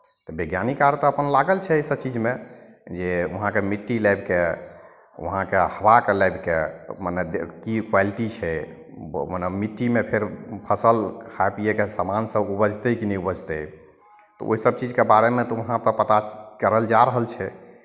वैज्ञानिक आर तऽ अपन लागल छै एहिसभ चीजमे जे वहाँके मिट्टी लाबि कऽ वहाँके हवाकेँ लाबि कऽ मने दे की क्वालिटी छै मने मिट्टीमे फेर फसल खाय पियैके सामानसभ उपजतै कि नहि उपजतै तऽ ओहिसभ चीजके बारेमे तऽ वहाँपर पता करल जा रहल छै